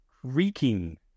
creaking